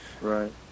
Right